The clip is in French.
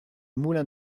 moulin